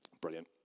Brilliant